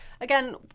Again